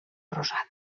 rosat